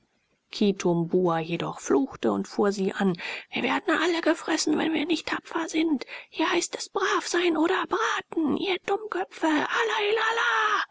kitumbua jedoch fluchte und fuhr sie an wir werden alle gefressen wenn wir nicht tapfer sind hier heißt es brav sein oder braten ihr dummköpfe allah il allah